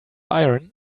iron